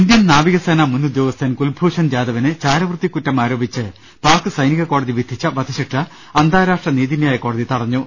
Indian നാവികസേനാ മുൻ ഉദ്യോഗസ്ഥൻ കുൽഭൂഷൺ ജാദവിന് ചാരവൃത്തികുറ്റം ആരോപിച്ച് പാക് സൈനികകോടതിവിധിച്ച വധശിക്ഷ അന്താരാഷ്ട്ര നീതിന്യായകോടതി തടഞ്ഞു